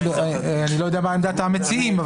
אני לא יודע מה עמדת המציעים.